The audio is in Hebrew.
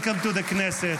Welcome to the Knesset.